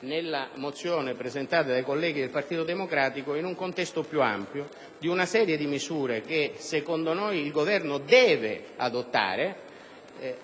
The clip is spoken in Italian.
nella mozione presentata dai colleghi del Partito Democratico, in un contesto più ampio che preveda misure che secondo noi il Governo deve adottare,